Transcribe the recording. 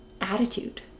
attitude